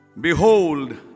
Behold